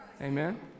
Amen